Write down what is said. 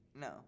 no